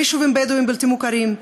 ביישובים בדואיים בלתי מוכרים,